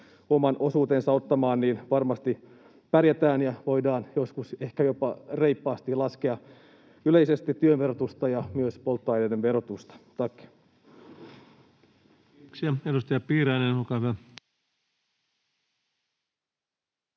oman osuutensa ottamaan, niin varmasti pärjätään ja voidaan joskus ehkä jopa reippaasti laskea yleisesti työn verotusta ja myös polttoaineiden verotusta. — Tack.